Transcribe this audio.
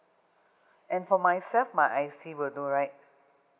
and for myself my I_C will do right